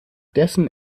dessen